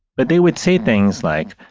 but they would say things like,